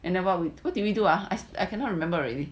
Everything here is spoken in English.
and then what we what did we do ah I I cannot remember already